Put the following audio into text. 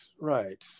right